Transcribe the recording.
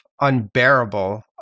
unbearable